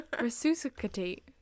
resuscitate